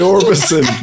Orbison